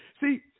See